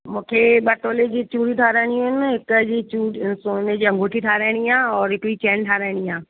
मूंखे ॿ तोले जी चूड़ियूं ठहाराइणियूं आहिनि हिक जी चू सोने जी अगूंठी ठहाराइणी आहे और हिकिड़ी चेन ठहाराइणी आहे